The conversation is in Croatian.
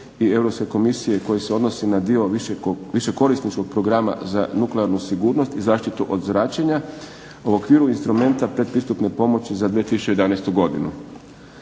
i Europske komisije koji se odnosi na dio višekorisničkog Programa za nuklearnu sigurnost i zaštitu od zračenja u okviru instrumenta pretpristupne pomoći za 2011. godinu,